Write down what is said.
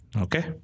Okay